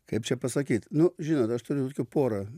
kaip čia pasakyt nu žinot aš turiu porą